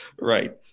Right